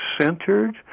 centered